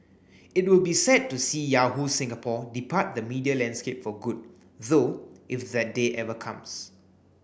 it will be sad to see Yahoo Singapore depart the media landscape for good though if that day ever comes